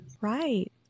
Right